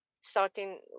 starting